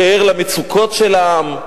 שער למצוקות של העם.